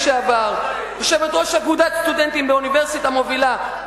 יושבת-ראש אגודת סטודנטים באוניברסיטה מובילה,